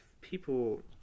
people